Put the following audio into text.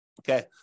Okay